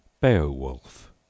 Beowulf